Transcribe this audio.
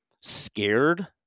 scared